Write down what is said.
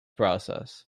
process